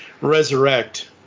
resurrect